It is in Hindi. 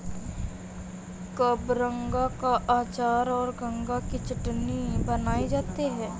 कबरंगा का अचार और गंगा की चटनी बनाई जाती है